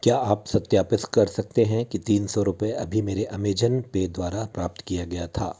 क्या आप सत्यापित कर सकते हैं कि तीन सौ रुपये अभी मेरे अमेजन पे द्वारा प्राप्त किया गया था